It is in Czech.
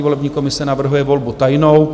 Volební komise navrhuje volbu tajnou.